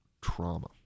trauma